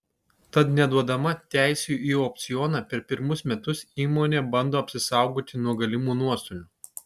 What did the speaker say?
tad neduodama teisių į opcioną per pirmus metus įmonė bando apsisaugoti nuo galimų nuostolių